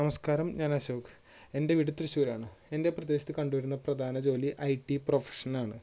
നമസ്കാരം ഞാന് അശോക് എന്റെ വീട് തൃശ്ശൂരാണ് എന്റെ പ്രദേശത്ത് കണ്ടു വരുന്ന പ്രധാന ജോലി ഐ ടി പ്രൊഫഷനാണ്